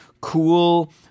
cool